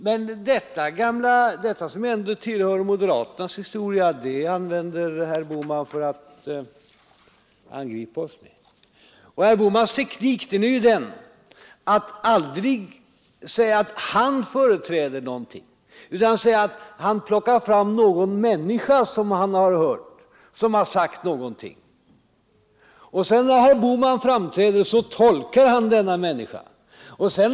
Men detta, som tillhör moderaternas historia, använder herr Bohman för att angripa oss med. Och herr Bohmans teknik är den att aldrig säga att han företräder någonting, utan han plockar fram något som han har hört någon annan säga, och så tolkar han detta som han hört.